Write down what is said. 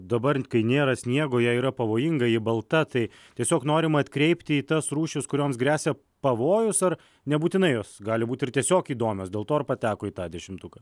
dabar kai nėra sniego jai yra pavojinga ji balta tai tiesiog norima atkreipti į tas rūšis kurioms gresia pavojus ar nebūtinai jos gali būt ir tiesiog įdomios dėl to ir pateko į tą dešimtuką